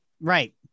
Right